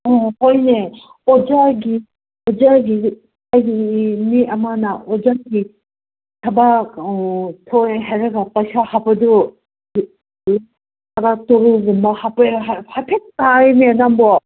ꯎꯝ ꯍꯣꯏꯅꯦ ꯑꯣꯖꯥꯒꯤ ꯑꯣꯖꯥꯒꯤ ꯑꯗꯨꯗꯤ ꯃꯤ ꯑꯃꯅ ꯑꯣꯖꯥꯒꯤ ꯊꯕꯛ ꯊꯣꯛꯑꯦ ꯍꯥꯏꯔꯒ ꯄꯩꯁꯥ ꯍꯥꯞꯄꯗꯨ ꯈꯔ ꯍꯥꯞꯄꯦ ꯍꯥꯏꯐꯦꯠ ꯇꯥꯏꯌꯦꯅꯦ ꯅꯪꯕꯣ